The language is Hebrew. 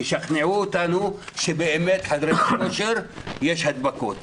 תשכנעו אותנו שבאמת בחדרי כושר יש הדבקות.